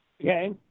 okay